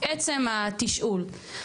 עצם התשאול.